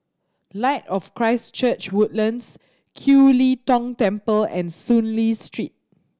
Light of Christ Church Woodlands Kiew Lee Tong Temple and Soon Lee Street